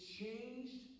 changed